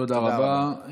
תודה רבה.